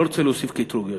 לא רוצה להוסיף קטרוג יותר.